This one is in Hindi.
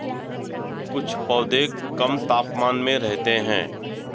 कुछ पौधे कम तापमान में रहते हैं